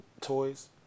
toys